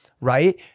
right